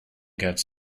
cats